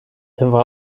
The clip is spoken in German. war